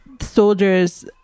soldiers